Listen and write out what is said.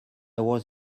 was